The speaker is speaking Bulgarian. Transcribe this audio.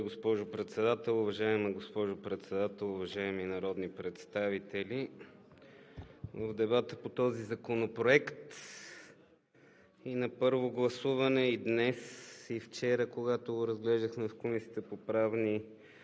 госпожо Председател. Уважаема госпожо Председател, уважаеми народни представители! В дебата по този законопроект и на първо гласуване, и днес, и вчера, когато го разглеждахме в Комисията по правни